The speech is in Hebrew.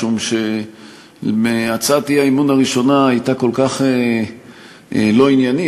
משום שאם הצעת האי-אמון הראשונה הייתה כל כך לא עניינית,